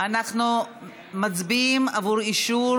אנחנו מצביעים בעבור אישור